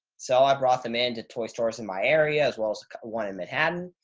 so i brought them in to toy stores in my area as well as one in manhattan.